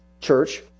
church